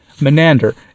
menander